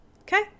Okay